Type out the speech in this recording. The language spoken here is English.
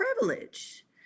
privilege